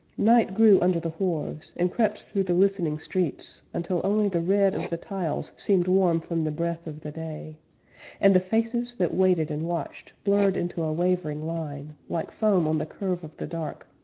night grew under the wharves, and crept through the listening streets, until only the red of the tiles seemed warm from the breath of the day and the faces that waited and watched blurred into a wavering line, like foam on the curve of the dark,